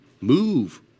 move